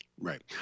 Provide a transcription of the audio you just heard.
Right